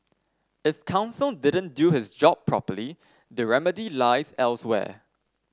if counsel didn't do his job properly the remedy lies elsewhere